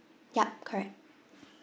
yup correct